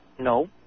No